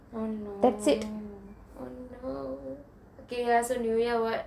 oh no oh no okay so new year [what]